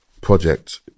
project